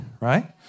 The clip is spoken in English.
right